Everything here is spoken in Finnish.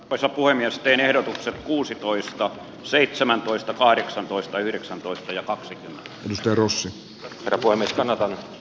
petra puhemiesten ero kuusitoista seitsemäntoista kahdeksantoista yhdeksäntoista ja kaksi mister usan avoimet kanadan